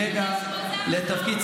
רגע, שהוא עזר לזה.